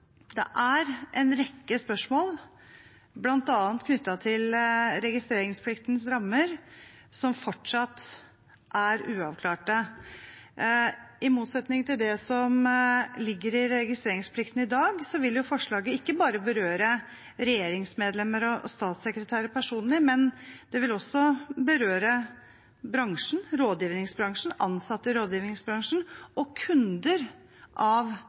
det er en rekke spørsmål, bl.a. knyttet til registreringspliktens rammer, som fortsatt er uavklarte. I motsetning til det som ligger i registreringsplikten i dag, vil forslaget ikke bare berøre regjeringsmedlemmer og statssekretærer personlig. Det vil også berøre rådgivningsbransjen, ansatte i rådgivningsbransjen og kunder av